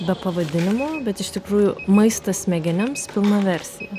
be pavadinimo bet iš tikrųjų maistas smegenims pilna versija